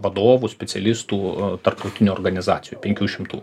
vadovų specialistų tarptautinių organizacijų penkių šimtų